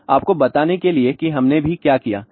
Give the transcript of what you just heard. अब आपको बताने के लिए कि हमने भी क्या किया